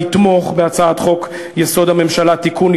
לתמוך בהצעת חוק-יסוד: הממשלה (תיקון,